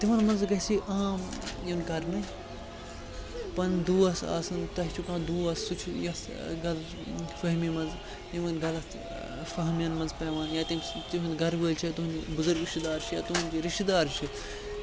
تِمَن منٛز گژھِ یہِ عام یُن کرنہٕ پَنٕنۍ دوس آسَن تۄہہِ چھُو کانٛہہ دوس سُہ چھُ یَس غلط فہمی منٛز یِمَن غلط فہمِیَن منٛز پیٚوان یا تٔمِس تِہُںٛد گَرٕوٲلۍ چھِ تُہُنٛد بُزرگ رِشتہٕ دار چھِ یا تُہُںٛد یہِ رِشتہٕ دار چھِ